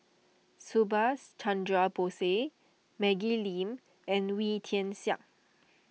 Subhas Chandra Bose Maggie Lim and Wee Tian Siak